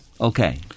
Okay